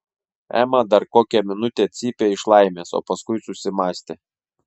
ema dar kokią minutę cypė iš laimės o paskui susimąstė